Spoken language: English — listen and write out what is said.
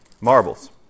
Marbles